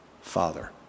Father